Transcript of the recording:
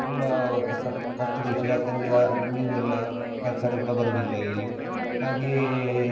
ತುಂಬ ಕಷ್ಟದ ವಿಷಯ ಯಾಕೆಂದರೆ ಮೀನು ಎಲ್ಲ ಕರ್ ಕೆರೆಗೆ ಬ ಬರುವುದಿಲ್ಲ ಇಲ್ಲಿ ಹಾಗೆಯೇ